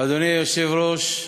אדוני היושב-ראש,